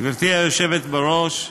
גברתי היושבת-ראש,